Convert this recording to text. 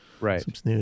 Right